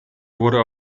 wurde